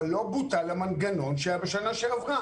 אבל לא בוטל המנגנון שהיה בשנה שעברה.